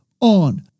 on